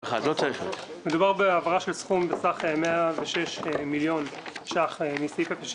מדובר בהעברה בסכום של 106 מיליון שקלים מסעיף 06